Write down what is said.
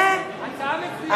הצעה מצוינת.